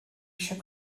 eisiau